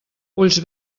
ulls